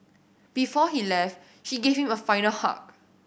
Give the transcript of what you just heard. before he left she gave him a final hug